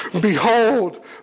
Behold